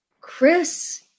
Chris